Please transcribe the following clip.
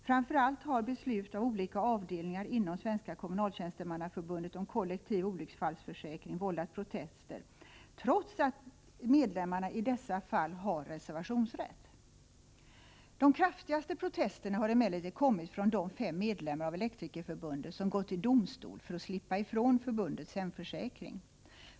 Framför allt har beslut av olika avdelningar inom Svenska kommunaltjänstemannaförbundet om kollektiv olycksfallsförsäkring vållat protester, trots att medlemmarna i dessa fall har reservationsrätt. De kraftigaste protesterna har emellertid kommit från de fem medlemmar av Elektrikerförbundet som gått till domstol för att slippa ifrån förbundets hemförsäkring.